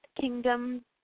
kingdom